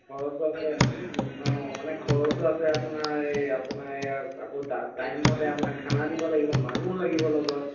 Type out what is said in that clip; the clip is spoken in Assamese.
খৰচো আছে অ মানে খৰচো আছে আপোনাৰ এই আপোনাৰ ইয়াক আকৌ টাইমমতে আপোনাক খানা দিব লাগিব মানুহ লাগিব লগত